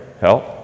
help